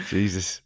Jesus